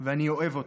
ואני אוהב אותך.